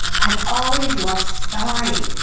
i've always loved stories.